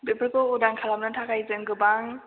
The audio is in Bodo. बेफोरखौ उदां खालामनो थाखाय जों गोबां